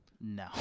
No